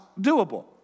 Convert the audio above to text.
doable